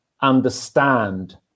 understand